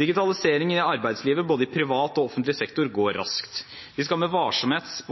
Digitalisering i arbeidslivet, i både privat og offentlig sektor, går raskt. Vi skal med varsomhet